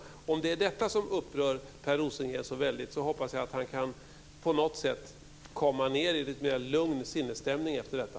Om det är detta som upprör Per Rosengren så väldigt hoppas jag att han på något sätt kan komma ned i en lite lugnare sinnesstämning efter detta.